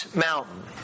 mountain